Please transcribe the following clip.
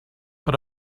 per